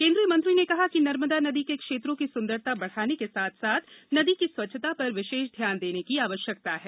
केन्द्रीय मंत्री ने कहा कि नर्मदा नदी के क्षेत्रों की सुन्दरता बढ़ाने के साथ साथ नदी की स्वच्छता पर विशेष ध्यान देने की आवश्यकता है